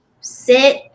Sit